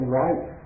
right